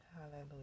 Hallelujah